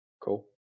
Cool